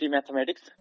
Mathematics